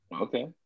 Okay